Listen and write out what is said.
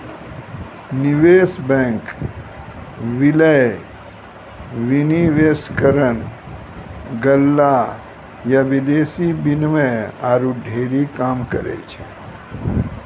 निवेश बैंक, विलय, विनिवेशकरण, गल्ला या विदेशी विनिमय आरु ढेरी काम करै छै